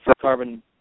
carbon